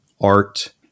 art